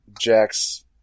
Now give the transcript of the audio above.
Jack's